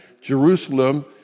Jerusalem